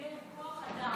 אדוני השר, לתגבר כוח אדם.